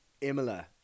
Imola